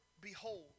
behold